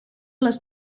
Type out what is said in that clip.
les